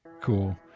Cool